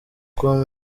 com